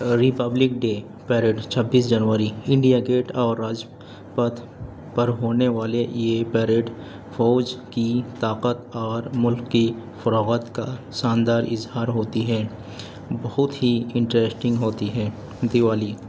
republic Day parade چھبیس جنوری India Gate اور راج پتھ پر ہونے والے یہ پریڈ فوج کی طاقت اور ملک کی فروغات کا شاندار اظہار ہوتی ہے بہت ہی انٹریسٹنگ ہوتی ہے دیوالی